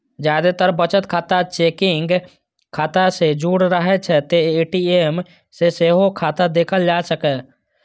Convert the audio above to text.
जादेतर बचत खाता चेकिंग खाता सं जुड़ रहै छै, तें ए.टी.एम सं सेहो खाता देखल जा सकैए